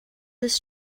this